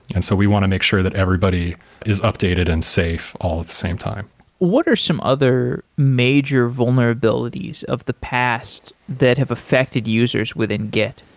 and so we want to make sure that everybody is updated and safe all at the same time what are some other major vulnerabilities of the past that have affected users within git?